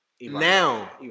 Now